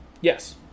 Yes